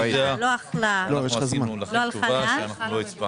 אנחנו ממשיכים את הדיון בחוק יסוד: משק המדינה וחוק ההתאמות